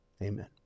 Amen